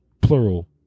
plural